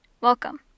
Welcome